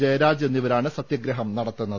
ജയരാജ് എന്നിവരാണ് സത്യഗ്രഹം നട ത്തുന്നത്